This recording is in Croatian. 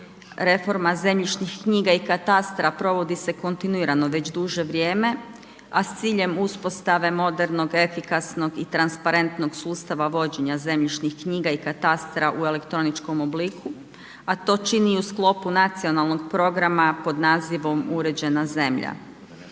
reforma zemljišnih knjiga i katastra provodi se kontinuirano već duže vrijeme a s ciljem uspostave modernog, efikasnog i transparentnog sustava zemljišnih knjiga i katastra u elektroničkom obliku a to čini i u sklopu nacionalnog programa pod nazivom uređena zemlja.